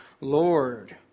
Lord